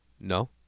no